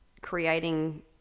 creating